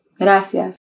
Gracias